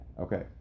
Okay